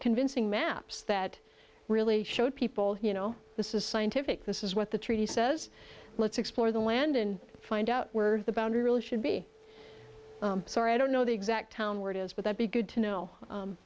convincing maps that really showed people you know this is scientific this is what the treaty says let's explore the land and find out where the boundary really should be sorry i don't know the exact words but that be good to know